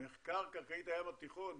מחקר קרקעית הים התיכון,